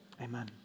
amen